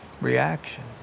reaction